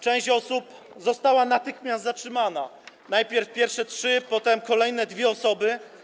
część osób została natychmiast zatrzymana, najpierw pierwsze trzy, potem kolejne dwie osoby.